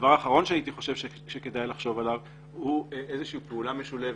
דבר אחרון שהייתי חושב שכדאי לחשוב עליו הוא איזושהי פעולה משולבת